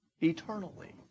eternally